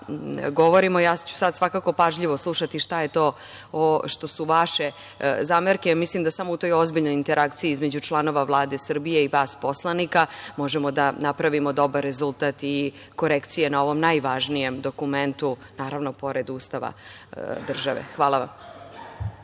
Ja ću sada svakako pažljivo slušati šta je to što su vaše zamerke. Mislim da samo u toj ozbiljnoj interakciji između članova Vlade Srbije i vas poslanika možemo da napravimo dobar rezultat i korekcije na ovom najvažnijem dokumentu, naravno pored Ustava države. Hvala.